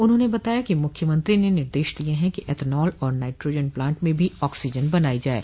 उन्होंने बताया कि मुख्यमंत्री ने निर्देश दिये हैं कि एथनॉल और नाइट्रोजन प्लांट में भी आक्सीजन बनाई जाये